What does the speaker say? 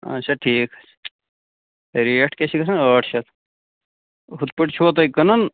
اَچھا ٹھیٖک ریٹ کیٛاہ چھِ گژھان ٲٹھ شَتھ ہُتھٕ پٲٹھۍ چھِوا تُہۍ کٕنن